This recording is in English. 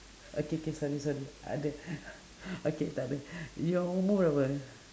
okay k sorry sorry ada okay takde your umur berapa